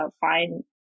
find